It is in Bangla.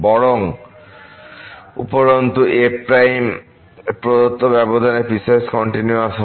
বং উপরন্তু f প্রদত্ত ব্যবধানে পিসওয়াইস কন্টিনিউয়াস হয়